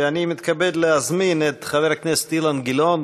אני מתכבד להזמין את חבר הכנסת אילן גילאון.